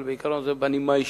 אבל אני אומר את זה בנימה אישית.